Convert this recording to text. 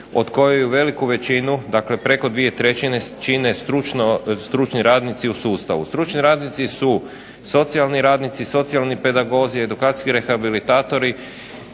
od kojih veliku većinu dakle preko 2/3 čine stručni radnici u sustavu. Stručni radnici su socijalni radnici, socijalni pedagozi, edukacijski rehabilitatori,